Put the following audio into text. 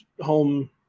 home